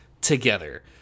together